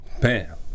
Bam